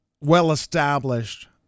well-established